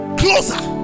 closer